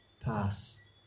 pass